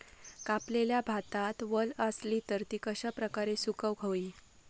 कापलेल्या भातात वल आसली तर ती कश्या प्रकारे सुकौक होई?